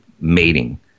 mating